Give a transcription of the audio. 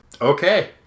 Okay